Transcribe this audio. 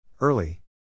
Early